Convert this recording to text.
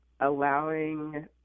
allowing